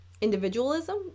Individualism